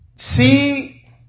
see